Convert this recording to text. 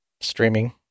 streaming